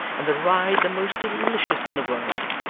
and the ride the most delicious in the world.